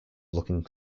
looking